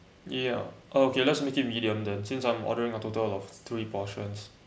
ya okay let's make it medium then since I'm ordering a total of three portions